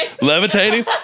Levitating